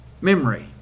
Memory